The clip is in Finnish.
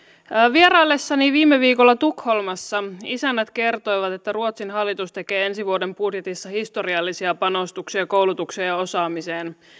vieraillessani viime viikolla tukholmassa isännät kertoivat että ruotsin hallitus tekee ensi vuoden budjetissa historiallisia panostuksia koulutukseen ja osaamiseen